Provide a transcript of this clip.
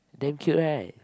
damn cute right